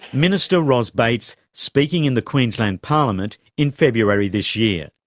minister ros bates speaking in the queensland parliament in february this year.